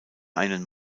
einen